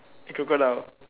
crocodile